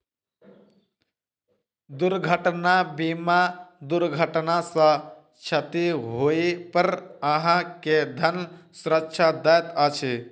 दुर्घटना बीमा दुर्घटना सॅ क्षति होइ पर अहाँ के धन सुरक्षा दैत अछि